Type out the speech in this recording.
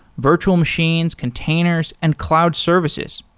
virtual machines, containers and cloud services.